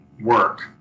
work